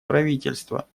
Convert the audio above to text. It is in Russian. правительства